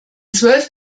zwölf